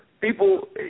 people